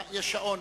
יש שעון.